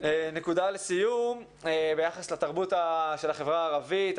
נקודה לסיום ביחס לתרבות של החברה הערבית.